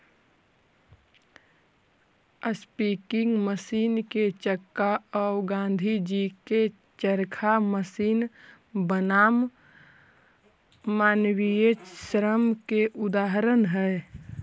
spinning machine के चक्का औ गाँधीजी के चरखा मशीन बनाम मानवीय श्रम के उदाहरण हई